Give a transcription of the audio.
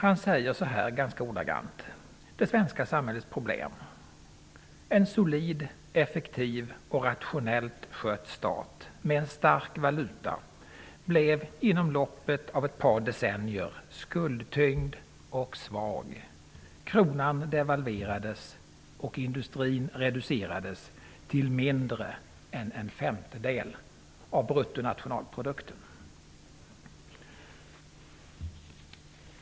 Anders Isaksson beskriver det svenska samhällets problem så här: ''en solid, effektiv och rationellt skött stat med en stark valuta blev inom loppet av ett par decennier skuldtyngd och svag, kronan devalverades och industrin reducerades till mindre än en femtedel av BNP''.